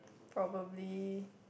properly